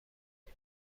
اون